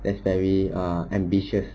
that's very ah ambitious